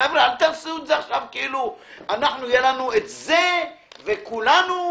אם נצא מתוך הנחה שהלקוח הוא בן אדם נורמלי ששם לב לדברים וקורא את